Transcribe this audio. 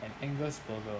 an angus burger